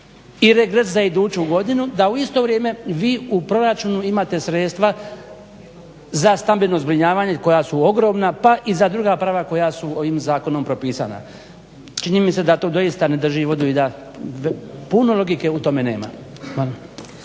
i regres za iduću godinu da u isto vrijeme vi u proračunu imate sredstva za stambeno zbrinjavanje koja su ogromna pa i za druga prava koja su ovim zakonom propisana. Čini mi se da to doista ne drži vodu i da puno logike u tome nema.